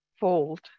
Fold